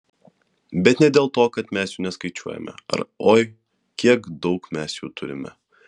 bet ne dėl to kad mes jų neskaičiuojame ar oi kiek daug mes jų turime